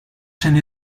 change